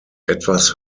etwas